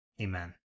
Amen